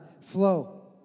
flow